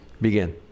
Begin